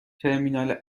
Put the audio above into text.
ترمینال